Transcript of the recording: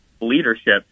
leadership